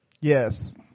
Yes